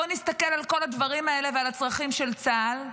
בואו נסתכל על כל הדברים האלה ועל הצרכים של צה"ל,